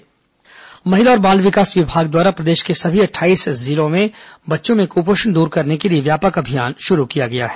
्र पोषण पखवाड़ा महिला और बाल विकास विभाग द्वारा प्रदेश के सभी अट्ठाईस जिलों में बच्चों में कुपोषण दूर करने के लिए व्यापक अभियान शुरू किया गया है